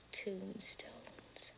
tombstones